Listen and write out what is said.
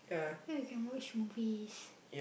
then we can watch movies